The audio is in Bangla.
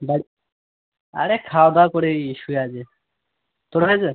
বাড়ি আরে খাওয়াদাওয়া করে এই শুয়ে আছি তোর হয়েছে